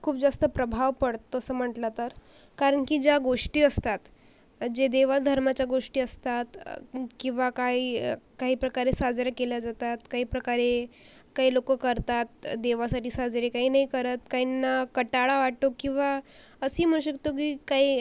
खूप जास्त प्रभाव पड तसं म्हटलं तर कारण की ज्या गोष्टी असतात जे देवाधर्माच्या गोष्टी असतात किंवा काही काही प्रकारे साजरे केल्या जातात काही प्रकारे काही लोक करतात देवसाठी साजरे काही नाही करत काहींना कंटाळा वाटतो किंवा असंही म्हणू शकतो की काही